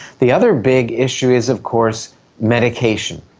the other big issue is of course medication.